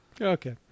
Okay